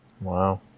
Wow